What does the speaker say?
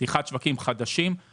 לפתיחת שווקים חדשים,